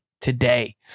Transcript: today